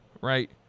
right